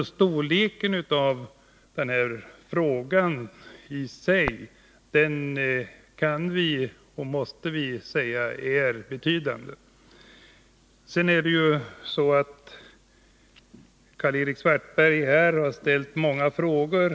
Storleken av frågan som sådan kan sägas och måste sägas vara betydande. Karl-Erik Svartberg har ställt många frågor.